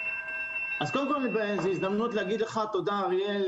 קודם כל זו הזדמנות להגיד לך תודה, אריאל,